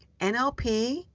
NLP